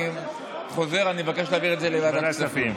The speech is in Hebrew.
אני חוזר בי ומבקש להעביר את זה לוועדת הכספים.